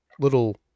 little